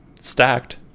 stacked